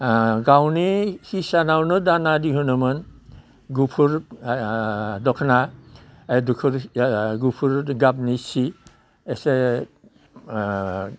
गावनि हिसानावनो दाना दिहुनोमोन गुफुर दख'ना गुफुर गाबनि सि एसे